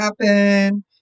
happen